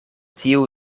tiu